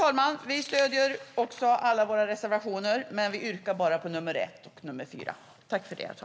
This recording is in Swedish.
Naturligtvis stöder vi alla våra reservationer, men jag yrkar bifall endast till nr 1 och 4.